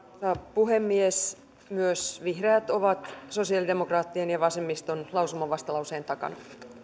puhemies myös vihreät ovat sosialidemokraattien ja vasemmiston lausumavastalauseen takana